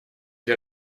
для